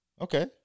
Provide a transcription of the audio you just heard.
Okay